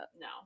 No